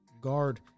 guard